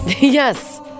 yes